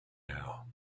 now